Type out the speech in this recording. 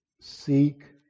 seek